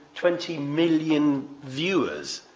twenty million viewers.